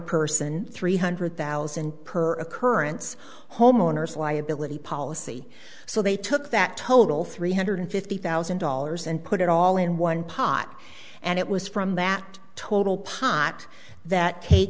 person three hundred thousand per occurrence homeowners liability policy so they took that total three hundred fifty thousand dollars and put it all in one pot and it was from that total pot that